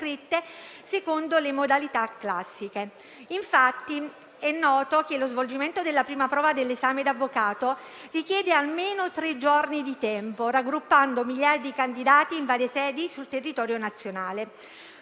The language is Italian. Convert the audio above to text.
secondo le modalità classiche. È infatti noto che lo svolgimento della prima prova dell'esame da avvocato richiede almeno tre giorni di tempo, raggruppando migliaia di candidati in varie sedi sul territorio nazionale.